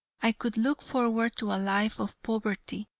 i could look forward to a life of poverty,